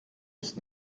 ist